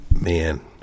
Man